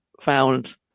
found